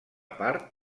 part